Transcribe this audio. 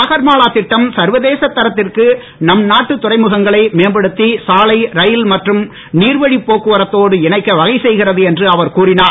சாகர் மாலா இட்டம் சர்வதேச தரத்திற்கு அந்நாட்டு துறைமுகங்களை மேம்படுத்தி சாலை ரயில் மற்றும் நீர்வழிப்போக்குவரத்தோடு இணைக்க வகை செய்கிறது என்று அவர் கூறினார்